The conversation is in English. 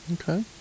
Okay